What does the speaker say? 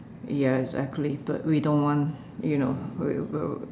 ya exactly but we don't want you know we will